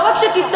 לא רק שתסתפקו,